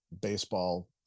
baseball